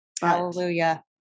Hallelujah